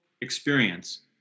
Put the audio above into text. experience